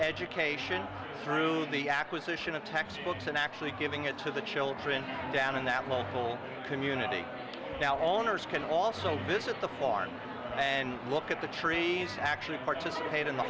education through the acquisition of textbooks and actually giving it to the children down in that will community now owners can also visit the farm and look at the trees actually participate in the